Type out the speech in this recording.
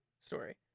story